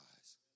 eyes